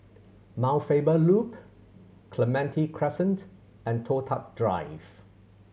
Mount Faber Loop Clementi Crescent and Toh Tuck Drive